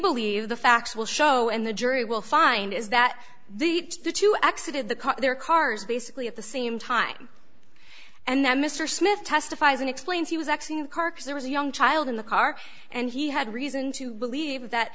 believe the facts will show and the jury will find is that the two accident the car their cars basically at the same time and then mr smith testifies and explains he was actually a carcass there was a young child in the car and he had reason to believe that